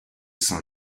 saint